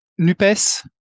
Nupes